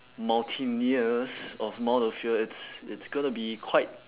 mountaineers of mount ophir it's it's gonna be quite